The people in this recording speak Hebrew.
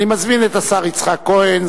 אני מזמין את השר יצחק כהן,